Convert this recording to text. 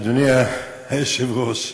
אדוני היושב-ראש,